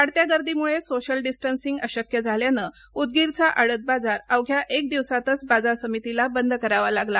वाढत्या गर्दीमुळे social distancing अशक्य झाल्यानं उदगीरचा आडत बाजार अवघ्या एक दिवसातच बाजार समितीला बंद करावा लागला